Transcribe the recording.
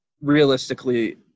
realistically